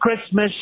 Christmas